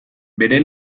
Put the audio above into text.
bere